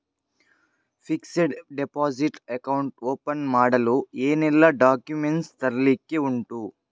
Fixed deposit account open ಮಾಡಲು ಏನೆಲ್ಲಾ documents ತರ್ಲಿಕ್ಕೆ ಉಂಟು?